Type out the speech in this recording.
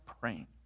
praying